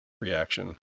reaction